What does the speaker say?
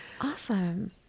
Awesome